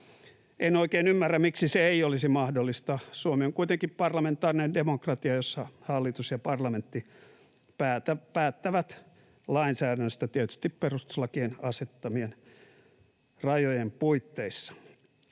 En oikein ymmärrä, miksi se ei olisi mahdollista. Suomi on kuitenkin parlamentaarinen demokratia, jossa hallitus ja parlamentti päättävät lainsäädännöstä, tietysti perustuslakien asettamien rajojen puitteissa.